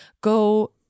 go